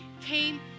came